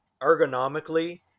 ergonomically